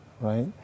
right